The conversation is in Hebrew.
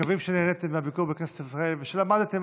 מקווים שנהניתם בביקור בכנסת ישראל ושלמדתם